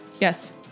Yes